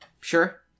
Sure